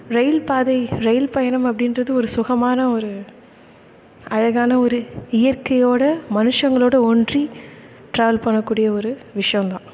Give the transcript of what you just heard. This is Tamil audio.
ரெயில் பாதை ரெயில் பயணம் அப்படின்றது ஒரு சுகமான ஒரு அழகான ஒரு இயற்கையோடு மனுஷங்களோடு ஒன்றி டிராவல் பண்ண கூடிய ஒரு விஷயம் தான்